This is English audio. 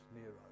Nero